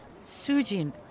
Sujin